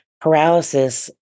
paralysis